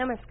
नमस्कार